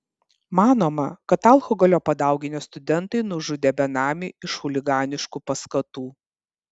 manoma kad alkoholio padauginę studentai nužudė benamį iš chuliganiškų paskatų